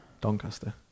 Doncaster